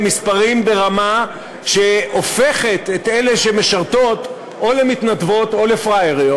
הם מספרים ברמה שהופכת את אלה שמשרתות או למתנדבות או לפראייריות,